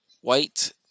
white